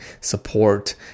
support